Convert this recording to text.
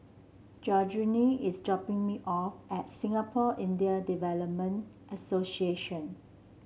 Georgine is dropping me off at Singapore Indian Development Association